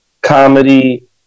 comedy